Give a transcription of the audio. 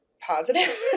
positive